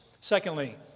Secondly